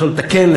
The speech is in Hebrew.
לתקן,